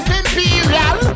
imperial